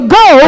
go